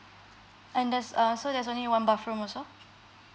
and that's err so there's only one bathroom also